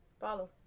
follow